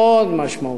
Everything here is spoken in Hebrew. מאוד משמעותיים.